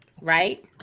Right